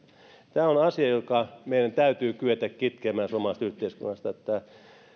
tämä on asia joka meidän täytyy kyetä kitkemään suomalaisesta yhteiskunnasta